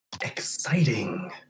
Exciting